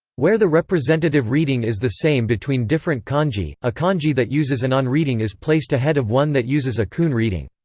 where the representative reading is the same between different kanji, a kanji that uses an on reading is placed ahead of one that uses a kun reading.